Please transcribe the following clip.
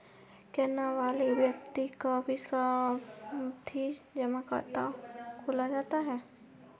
क्या नाबालिग व्यक्ति का भी सावधि जमा खाता खोला जा सकता है?